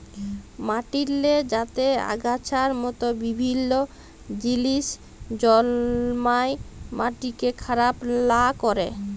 মাটিল্লে যাতে আগাছার মত বিভিল্ল্য জিলিস জল্মায় মাটিকে খারাপ লা ক্যরে